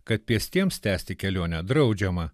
kad pėstiems tęsti kelionę draudžiama